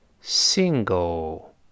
single